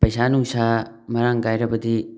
ꯄꯩꯁꯥ ꯅꯨꯡꯁꯥ ꯃꯔꯥꯡ ꯀꯥꯏꯔꯕꯗꯤ